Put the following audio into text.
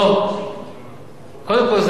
3 מיליארד, או.